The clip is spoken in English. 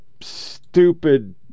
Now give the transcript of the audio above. stupid